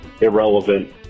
irrelevant